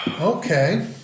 okay